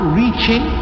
reaching